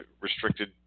restricted